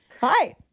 Hi